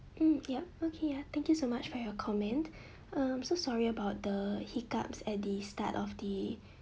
hmm yup okay ya thank you so much for your comment um so sorry about the hiccups at the start of the